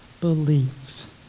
belief